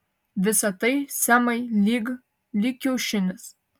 visa tai semai lyg lyg kiaušinis